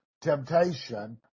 temptation